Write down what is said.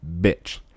bitch